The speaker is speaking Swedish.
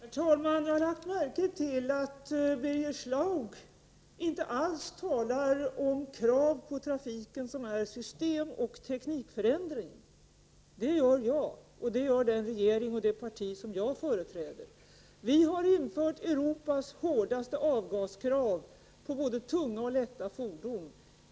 Herr talman! Jag lade märke till att Birger Schlaug inte alls talar om trafikkrav som innebär systemoch teknikförändring. Det gör jag, och det gör den regering och det parti som jag företräder. Vi har infört Europas hårdaste avgaskrav på både tunga och lätta fordon.